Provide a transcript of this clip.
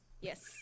Yes